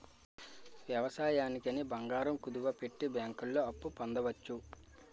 వ్యవసాయానికి అని బంగారం కుదువపెట్టి బ్యాంకుల్లో అప్పు పొందవచ్చు